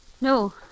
No